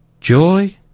joy